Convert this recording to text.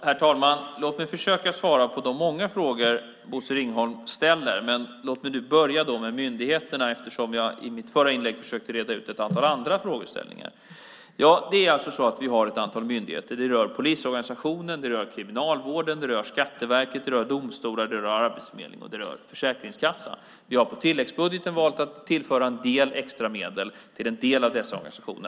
Herr talman! Jag ska försöka svara på de många frågor som Bosse Ringholm ställer. Låt mig börja med myndigheterna, eftersom jag i mitt förra inlägg försökte reda ut ett antal andra frågeställningar. Vi har ett antal myndigheter. Det rör sig om polisorganisationen, Kriminalvården, Skatteverket, domstolar, Arbetsförmedlingen och Försäkringskassan. Vi har på tilläggsbudgeten valt att tillföra en del extra medel till en del av dessa organisationer.